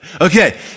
Okay